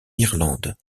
irlande